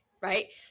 right